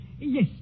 Yes